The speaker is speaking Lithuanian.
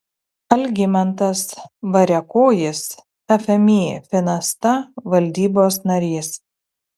algimantas variakojis fmį finasta valdybos narys